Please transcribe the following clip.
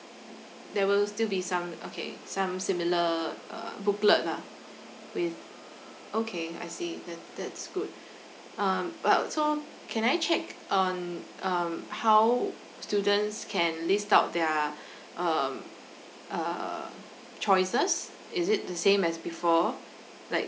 there will still be some okay some similar err booklet lah with okay I see that that's good um but so can I check on um how students can list out their um uh choices is it the same as before like